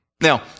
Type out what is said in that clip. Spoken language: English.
Now